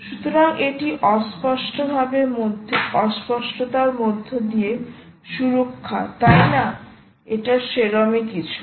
সুতরাং এটি অস্পষ্টতার মধ্যে দিয়ে সুরক্ষা তাই না এটা সেরমই কিছু